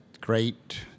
great